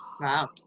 Wow